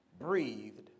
breathed